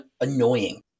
annoying